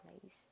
place